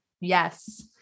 Yes